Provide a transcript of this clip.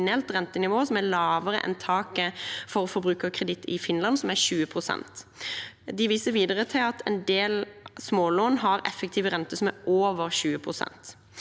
som er lavere enn taket for forbrukerkreditt i Finland, som er på 20 pst. De viser videre til at en del smålån har effektive renter på over 20